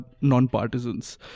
non-partisans